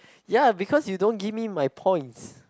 ya because you don't give me my points